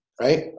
right